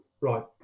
Right